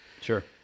sure